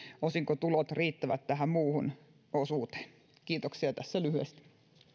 osinkotulot riittävät tähän muuhun osuuteen kiitoksia tässä lyhyesti